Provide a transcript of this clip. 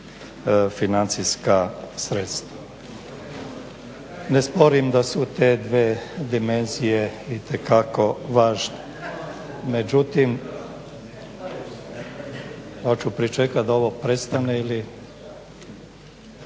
financijska sredstava. Ne sporim da su te dve dimenzije itekako važne, međutim, oću pričekat da ovo prestane ili.